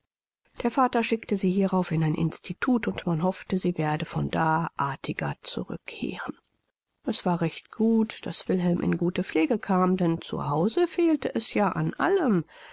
der vater schickte sie hierauf in ein institut und man hoffte sie werde von da artiger zurückkehren es war recht gut daß wilhelm in gute pflege kam denn zu hause fehlte es ja an allem